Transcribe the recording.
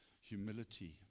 humility